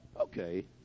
okay